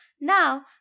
Now